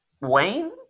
Wayne